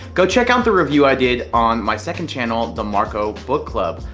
go check out the review i did on my second channel, the marko book club.